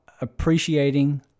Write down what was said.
appreciating